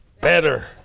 better